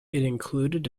included